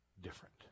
different